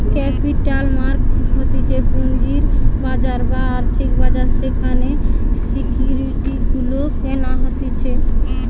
capital market হতিছে পুঁজির বাজার বা আর্থিক বাজার যেখানে সিকিউরিটি গুলা কেনা হতিছে